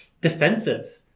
defensive